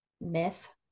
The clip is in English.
myth